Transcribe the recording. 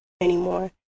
anymore